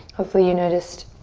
hopefully you noticed